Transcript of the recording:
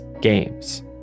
games